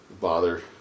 Bother